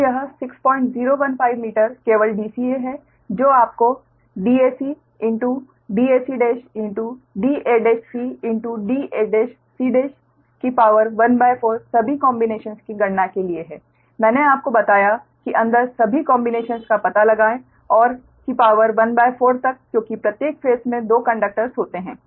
तो यह 6015 मीटर केवल Dca है जो आपको dacdacdacdac की शक्ति ¼ सभी कोंबिनेशंस की गणना करने के लिए है मैंने आपको बताया कि अंदर सभी कोंबिनेशंस का पता लगाएं और की शक्ति ¼ तक क्योंकि प्रत्येक फेस में 2 कंडक्टर्स होते हैं